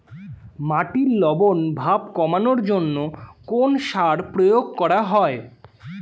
মাটির লবণ ভাব কমানোর জন্য কোন সার প্রয়োগ করা হয়?